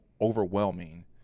overwhelming